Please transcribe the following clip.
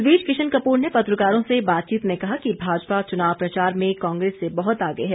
इस बीच किशन कपूर ने पत्रकारों से बातचीत में कहा कि भाजपा चुनाव प्रचार में कांग्रेस से बहत आगे है